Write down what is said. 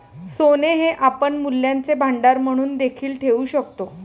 सोने हे आपण मूल्यांचे भांडार म्हणून देखील ठेवू शकतो